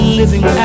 living